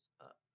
up